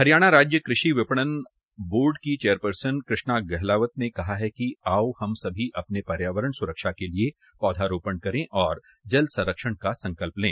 हरियाणा राज्य कृषि विपणन बोर्ड की चेयरपर्सन कृष्णा गहलावत ने कहा कि आओ हम सभी अपने पर्यावरण सुरक्षा के लिए पौधरोपण करें और जल संरक्षण का संकल्प लें